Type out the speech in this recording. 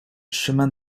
chemin